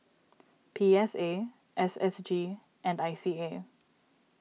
P S A S S G and I C A